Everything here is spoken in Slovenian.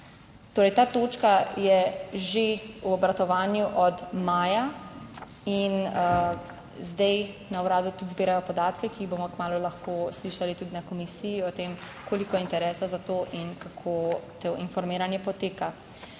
ta točka je že v obratovanju od maja in zdaj na uradu tudi zbirajo podatke, ki jih bomo kmalu lahko slišali tudi na komisiji, o tem, koliko je interesa za to in kako to informiranje poteka.